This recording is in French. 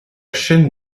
chaîne